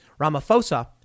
Ramaphosa